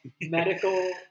medical